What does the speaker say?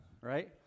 Right